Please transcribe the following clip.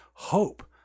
Hope